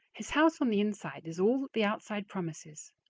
his house on the inside is all that the outside promises.